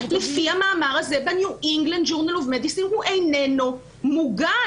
לפי המאמר הזה בניו אינגלנד ז'ורנל אוף מדיסין הוא איננו מוגן.